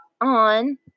on